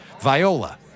Viola